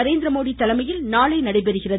நரேந்திரமோதி தலைமையில் நடைபெறுகிறது